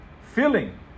feeling